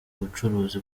ubucuruzi